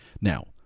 Now